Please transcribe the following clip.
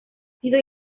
sido